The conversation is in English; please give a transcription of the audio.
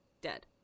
Dead